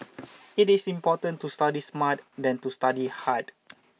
it is important to study smart than to study hard